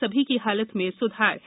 सभी की हालत में सुधार है